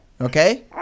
Okay